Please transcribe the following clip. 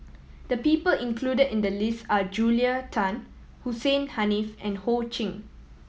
the people included in the list are Julia Tan Hussein Haniff and Ho Ching